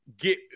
get